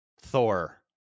thor